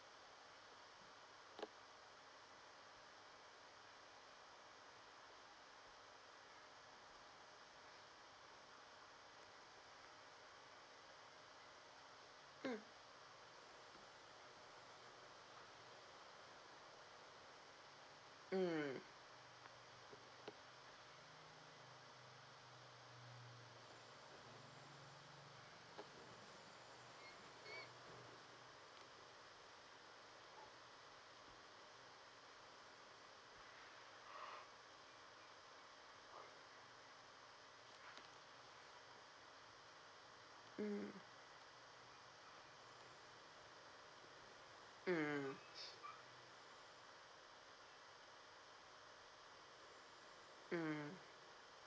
mm mm mm mm mm